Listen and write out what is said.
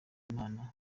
imana